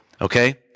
Okay